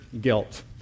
guilt